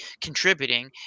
contributing